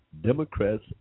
Democrats